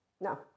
No